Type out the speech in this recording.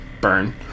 burn